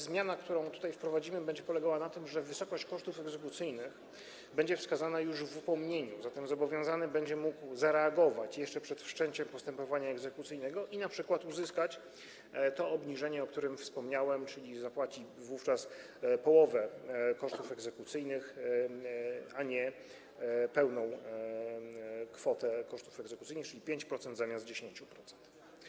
Zmiana, którą tutaj wprowadzamy, będzie polegała na tym, że wysokość kosztów egzekucyjnych będzie wskazana już w upomnieniu, zatem zobowiązany będzie mógł zareagować jeszcze przed wszczęciem postępowania egzekucyjnego i np. uzyskać to obniżenie, o którym wspomniałem, czyli zapłaci wówczas połowę kosztów egzekucyjnych, a nie pełną kwotę kosztów egzekucyjnych, a więc 5% zamiast 10%.